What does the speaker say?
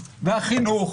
החינוך,